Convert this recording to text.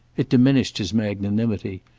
it diminished his magnanimity,